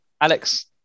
Alex